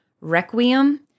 Requiem